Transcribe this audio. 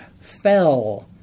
fell